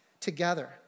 together